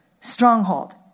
stronghold